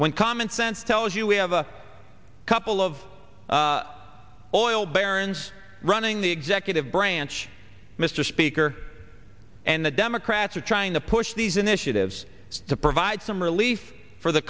when common sense tells you we have a couple of oil barons running the executive branch mr speaker and the democrats are trying to push these initiatives to provide some relief for the